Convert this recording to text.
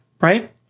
right